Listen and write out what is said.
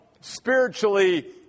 spiritually